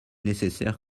nécessaire